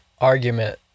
argument